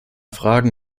fragen